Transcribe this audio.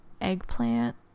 Eggplant